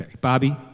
Bobby